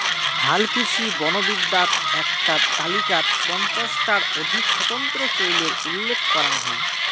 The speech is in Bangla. হালকৃষি বনবিদ্যাত এ্যাকটা তালিকাত পঞ্চাশ টার অধিক স্বতন্ত্র চইলের উল্লেখ করাং হই